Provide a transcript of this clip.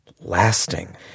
lasting